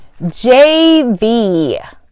JV